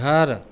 घर